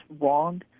wrong